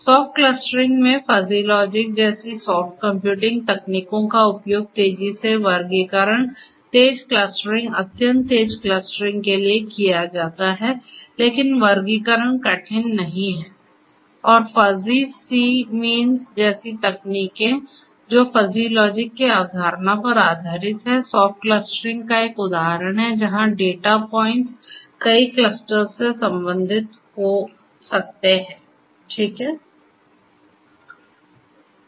soft clustering में fuzzy logic जैसी soft computing तकनीकों का उपयोग तेजी से वर्गीकरण तेज क्लस्टरिंग अत्यंत तेज क्लस्टरिंग के लिए किया जाता है लेकिन वर्गीकरण कठिन नहीं है और फ़ज़ी C मींस जैसी तकनीकें जो फ़ज़ी लॉजिक की अवधारणा पर आधारित हैं सॉफ्ट क्लस्टरिंग का एक उदाहरण है जहाँ डेटा पॉइंट्स कई क्लस्टर्स से संबंधित हो सकते हैं सही